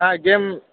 ஆ game